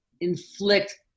inflict